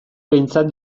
behintzat